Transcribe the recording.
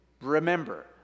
Remember